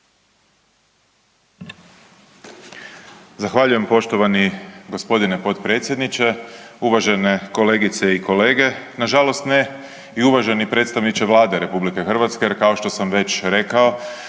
Zahvaljujem poštovani g. potpredsjedniče, uvažene kolegice i kolege. Nažalost ne i uvaženi predstavniče Vlade RH jer kao što sam već rekao,